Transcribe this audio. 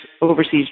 overseas